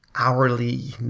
hourly,